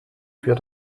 für